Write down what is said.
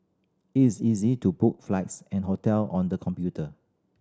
it is easy to book flights and hotel on the computer